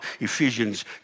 Ephesians